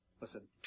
Listen